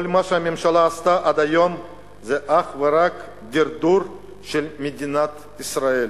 כל מה שהממשלה עשתה עד היום זה אך ורק דרדור של מדינת ישראל.